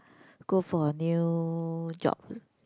go for a new job